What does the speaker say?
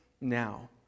now